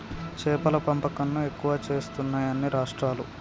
చేపల పెంపకం ను ఎక్కువ చేస్తున్నాయి అన్ని రాష్ట్రాలు